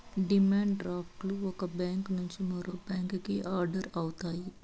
demand draft లు ఒక bank నుండి మరో బ్యాంకుకి ఆర్డర్ అవుతాయి